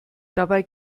dabei